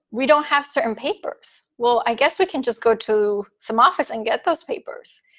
we don't have certain papers. well, i guess we can just go to some office and get those papers.